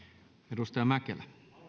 arvoisa